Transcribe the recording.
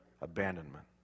Abandonment